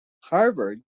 Harvard